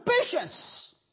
patience